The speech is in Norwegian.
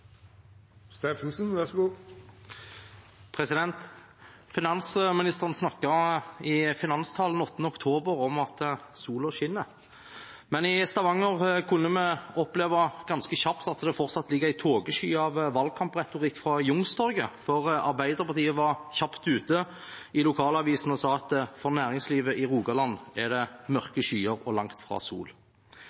Finansministeren snakket i finanstalen 8. oktober om at sola skinner. Men i Stavanger kunne vi oppleve ganske kjapt at det fortsatt ligger en tåkesky av valgkampretorikk fra Youngstorget, for Arbeiderpartiet var kjapt ute i lokalavisen og sa at for næringslivet i Rogaland er det mørke skyer og langt fra sol.